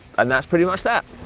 and that's pretty much that.